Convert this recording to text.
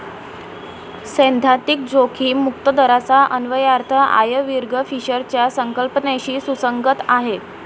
सैद्धांतिक जोखीम मुक्त दराचा अन्वयार्थ आयर्विंग फिशरच्या संकल्पनेशी सुसंगत आहे